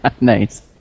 Nice